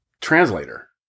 translator